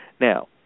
Now